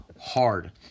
hard